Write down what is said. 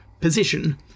position